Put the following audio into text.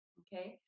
okay